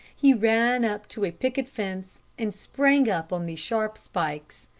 he ran up to a picket fence, and sprang up on the sharp spikes.